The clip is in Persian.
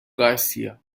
گارسیا